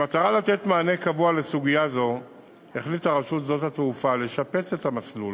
במטרה לתת מענה קבוע לסוגיה זו החליטה רשות שדות התעופה לשפץ את המסלול